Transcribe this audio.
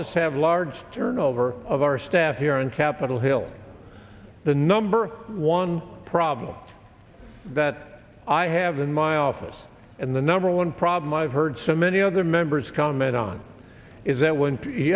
us have large turnover of our staff here on capitol hill the number one problem that i have in my office and the number one problem i've heard so many other members comment on is that when you